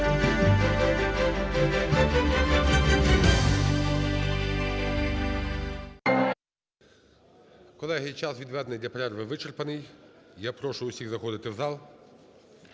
Колеги, час, відведений для перерви, вичерпаний. Я прошу всіх заходити у зал,